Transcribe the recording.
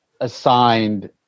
assigned